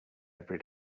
every